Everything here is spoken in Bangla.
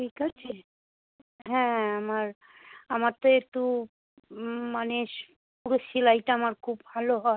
ঠিক আছে হ্যাঁ আমার আমার তো একটু মানে পুরো সেলাইটা আমার খুব ভালো হয়